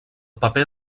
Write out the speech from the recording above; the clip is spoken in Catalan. paper